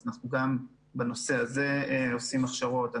אז גם בנושא הזה אנחנו עושים הכשרות.